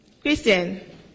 Christian